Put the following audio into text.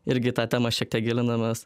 irgi į tą temą šiek tiek gilinamės